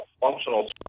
functional